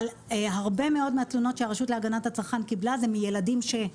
אבל הרבה מאוד מהתלונות שהרשות להגנת הצרכן קיבלה זה מילדים של,